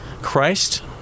Christ